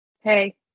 Hey